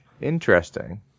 Interesting